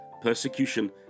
persecution